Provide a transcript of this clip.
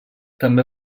també